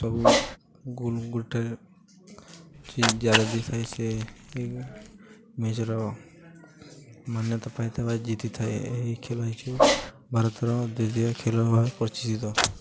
ସବୁ ଗୋଲ ଗୋଟେ ଯେ ଜ୍ୟାଦା ଦେଇଥାଏ ସେ ନିଜର ମାନ୍ୟତା ପାଇ ଥାଏ ବା ଜିତି ଥାଏ ଏହି ଖେଳ ହେଉଛି ଭାରତର ଦ୍ଵିତୀୟ ଖେଳ ଭାବେ ପରିଚିତ